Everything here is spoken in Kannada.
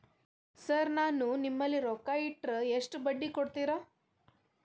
ಸರ್ ನಾನು ನಿಮ್ಮಲ್ಲಿ ರೊಕ್ಕ ಇಟ್ಟರ ಎಷ್ಟು ಬಡ್ಡಿ ಕೊಡುತೇರಾ?